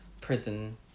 prison